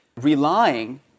relying